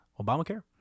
Obamacare